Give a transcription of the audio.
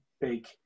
big